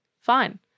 Fine